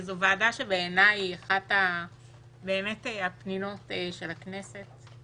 זו ועדה שבעיני היא אחת מהפנינות של הכנסת.